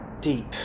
deep